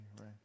right